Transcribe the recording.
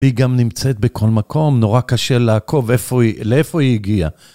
היא גם נמצאת בכל מקום, נורא קשה לעקוב לאיפה היא הגיעה.